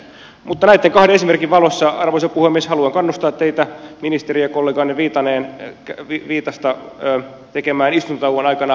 mutta näiden kahden esimerkin valossa arvoisa puhemies haluan kannustaa teitä ja ministerikollegaanne viitasta tekemään istuntotauon aikana opintomatkan ruotsiin